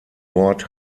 wort